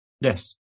Yes